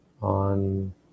on